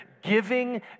giving